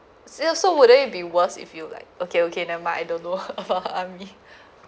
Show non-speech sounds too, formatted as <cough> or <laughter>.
so it also wouldn't it be worse if you like okay okay never mind I don't know <laughs> but I'm me